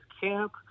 camp